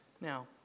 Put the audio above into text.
Now